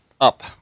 up